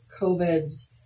COVID's